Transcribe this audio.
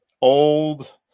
old